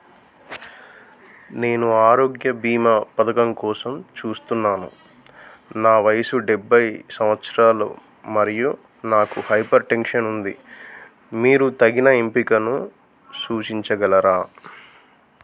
నేను ఆరోగ్య బీమా పథకం కోసం చూస్తున్నాను నా వయస్సు డెబ్బై సంవత్సరాలు మరియు నాకు హైపర్టెన్షన్ ఉంది మీరు తగిన ఎంపికను సూచించగలరా